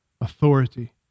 authority